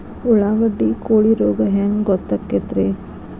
ಉಳ್ಳಾಗಡ್ಡಿ ಕೋಳಿ ರೋಗ ಹ್ಯಾಂಗ್ ಗೊತ್ತಕ್ಕೆತ್ರೇ?